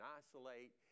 isolate